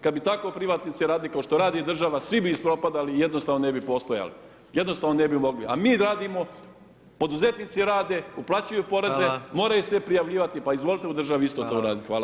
Kada bi tako privatnici radili kao što radi država, svi bi ispropadali i jednostavno ne bi postojali, jednostavno ne bi mogli, a mi radimo, poduzetnici rade, uplaćuju poreze [[Upadica: Hvala]] moraju sve prijavljivati, pa izvolite u državi isto to [[Upadica: Hvala]] raditi.